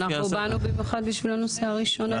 אנחנו באנו במיוחד בשביל הנושא הראשון.